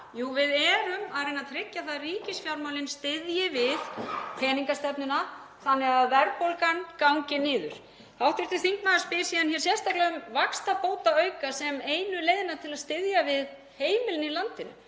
Jú, við erum að reyna að tryggja að ríkisfjármálin styðji við peningastefnuna þannig að verðbólgan gangi niður. Hv. þingmaður spyr síðan sérstaklega um vaxtabótaauka sem einu leiðina til að styðja við heimilin í landinu.